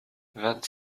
vingt